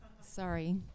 Sorry